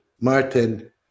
Martin